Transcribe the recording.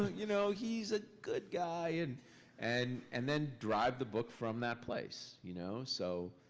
you know he's a good guy. and and and then drive the book from that place. you know so